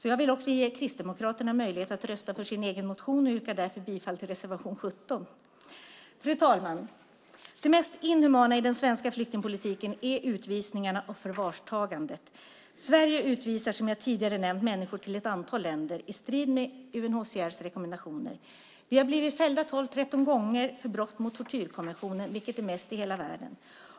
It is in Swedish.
Jag vill ge också Kristdemokraterna möjlighet att rösta för sin egen motion, och jag yrkar därför bifall till reservation 17. Det mest inhumana i den svenska flyktingpolitiken är utvisningarna och förvarstagandet. Sverige utvisar, som jag tidigare nämnt, människor till ett antal länder i strid med UNHCR:s rekommendationer. Vi har blivit fällda tolv tretton gånger för brott mot tortyrkonventionen, vilket är högst i hela världen.